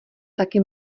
taky